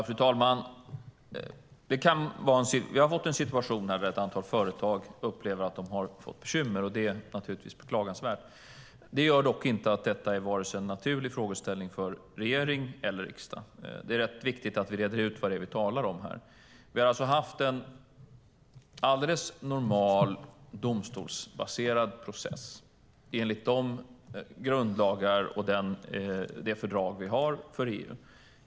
Fru talman! Vi har fått en situation där ett antal företag upplever att de har fått bekymmer. Det är naturligtvis beklagansvärt, men det innebär inte att det är en naturlig frågeställning för vare sig regering eller riksdag. Det är rätt viktigt att vi reder ut vad det är vi talar om. Vi har haft en normal, domstolsbaserad process enligt de grundlagar och det fördrag vi har för regeringen.